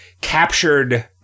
captured